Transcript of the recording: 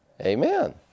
Amen